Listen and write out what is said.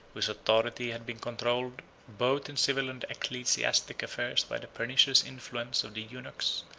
whose authority had been controlled both in civil and ecclesiastical affairs by the pernicious influence of the eunuchs,